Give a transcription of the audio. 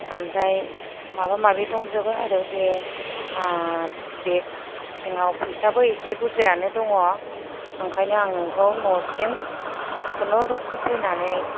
ओमफ्राय माबा माबि दंजोबो आरो बे बेग सिङाव फैसाबो एसे बुरजायानो दङ ओंखायनो आं नोंखौ न'सिम खुनुरुखुम फैनानै